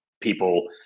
people